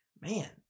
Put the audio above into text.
man